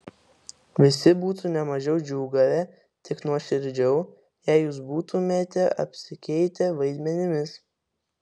visi būtų ne mažiau džiūgavę tik nuoširdžiau jei jūs būtumėte apsikeitę vaidmenimis